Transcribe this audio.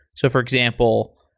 so for example,